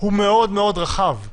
הוא מאוד מאוד רחב.